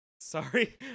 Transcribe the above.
Sorry